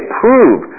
prove